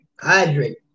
hydrate